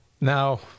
Now